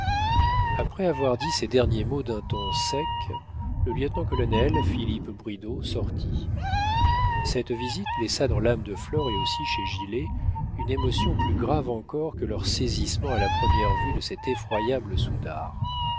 après avoir dit ces derniers mots d'un ton sec le lieutenant-colonel philippe bridau sortit cette visite laissa dans l'âme de flore et aussi chez gilet une émotion plus grave encore que leur saisissement à la première vue de cet effroyable soudard